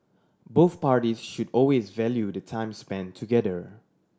both parties should always value the time spent together